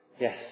yes